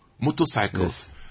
motorcycles